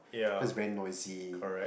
cause very noisy